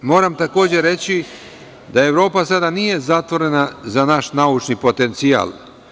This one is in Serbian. Moram takođe reći da Evropa sada nije zatvorena za naš naučni potencijal.